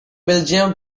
belgium